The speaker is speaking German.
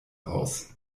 aus